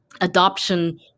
adoption